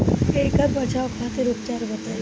ऐकर बचाव खातिर उपचार बताई?